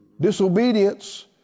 disobedience